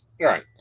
right